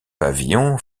pavillons